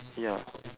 ya